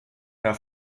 mehr